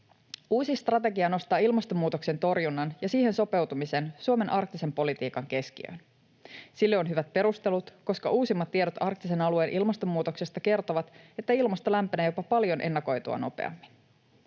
Uusi strategia nostaa ilmastonmuutoksen torjunnan ja siihen sopeutumisen Suomen arktisen politiikan keskiöön. Sille on hyvät perustelut, koska uusimmat tiedot arktisen alueen ilmastonmuutoksesta kertovat, että ilmasto lämpenee jopa paljon ennakoitua nopeammin.